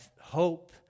hope